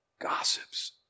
Gossips